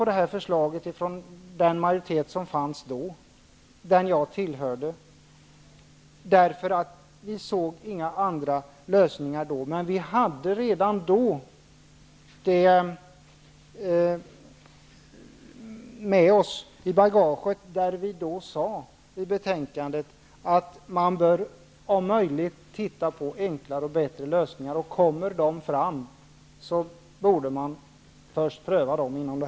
Den majoritet som fanns då och som jag tillhörde ställde upp på förslaget för vi såg inga andra lösningar då. Men vi hade redan då med oss i bagaget vad vi då sade i betänkandet, nämligen att man bör om möjligt titta på enklare och bättre lösningar. Kommer sådana fram, borde de prövas först.